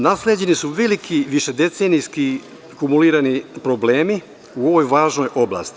Nasleđeni su veliki višedecenijski kumulirani problemi u ovoj važnoj oblasti.